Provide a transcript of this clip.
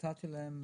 נתתי להם